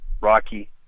Rocky